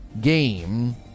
game